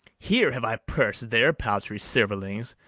here have i purs'd their paltry silverlings.